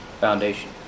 Foundation